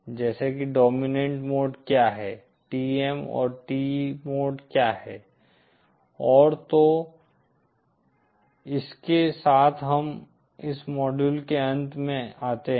जैसे कि dominant mode क्या है TM और TE मोड क्या हैं और तो इसके साथ हम इस मॉड्यूल के अंत में आते हैं